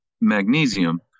magnesium